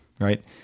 right